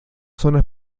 zonas